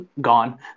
gone